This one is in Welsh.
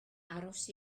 aros